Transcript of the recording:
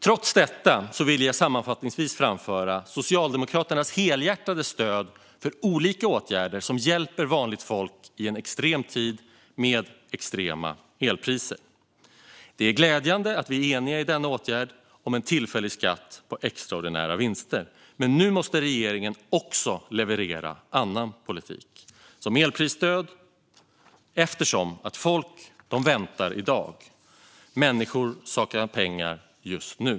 Trots detta vill jag sammanfattningsvis framföra Socialdemokraternas helhjärtade stöd för olika åtgärder som hjälper vanligt folk i en extrem tid med extrema energipriser. Det är glädjande att vi är eniga i denna åtgärd om en tillfällig skatt på extraordinära vinster. Men nu måste regeringen också leverera annan politik såsom elprisstöd eftersom folk väntar i dag. Människor saknar pengar just nu.